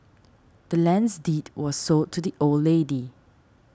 the land's deed was sold to the old lady